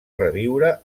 reviure